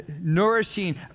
nourishing